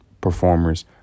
performers